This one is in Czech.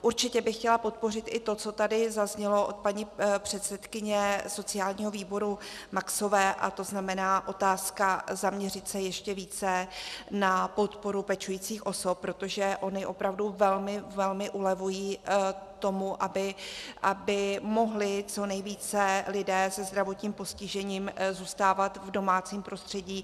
Určitě bych chtěla podpořit i to, co tady zaznělo od paní předsedkyně sociálního výboru Maxové, to znamená otázka zaměřit se ještě více na podporu pečujících osob, protože ony opravdu velmi ulevují tomu, aby mohly co nejvíce lidé se zdravotním postižením zůstávat v domácím prostředí.